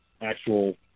actual